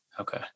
Okay